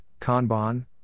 Kanban